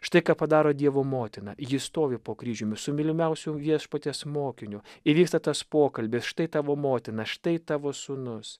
štai ką padaro dievo motina ji stovi po kryžiumi su mylimiausiu viešpaties mokiniu įvyksta tas pokalbis štai tavo motina štai tavo sūnus